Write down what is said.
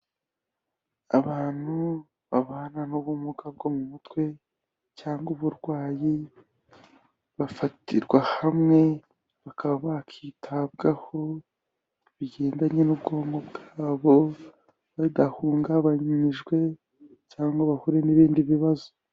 Abantu babana n'ubumuga bwo mu mutwe cyangwa uburwayi bafatirwa hamwe bakaba bakitabwaho bigendanye n'ubwonko bwabo, badahungabanyijwe cyangwa bahure n'ibindi bibazo.